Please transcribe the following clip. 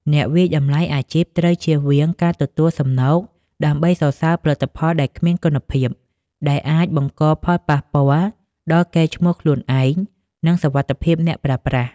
អ្នកវាយតម្លៃអាជីពត្រូវចៀសវាងការទទួលសំណូកដើម្បីសរសើរផលិតផលដែលគ្មានគុណភាព ដែលអាចបង្កផលប៉ះពាល់ដល់កេរ្តិ៍ឈ្មោះខ្លួនឯង និងសុវត្ថិភាពអ្នកប្រើប្រាស់។